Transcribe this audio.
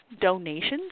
donations